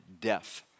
death